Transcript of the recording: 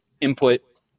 input